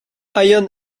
ion